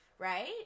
Right